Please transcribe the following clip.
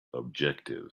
objective